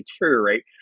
deteriorate